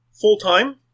Full-time